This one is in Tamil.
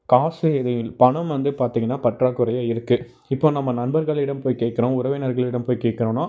காசு இதில் பணம் வந்து பார்த்தீங்கன்னா பற்றாக்குறையாக இருக்கு இப்போ நம்ம நண்பர்களிடம் போய் கேட்குறோம் உறவினர்களிடம் போய் கேட்குறோம்னா